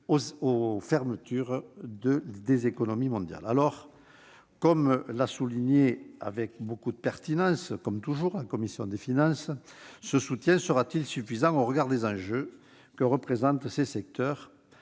la fermeture des économies mondiales. Alors, comme l'a souligné avec pertinence la commission des finances, ce soutien sera-t-il suffisant au regard des enjeux que représentent ces secteurs,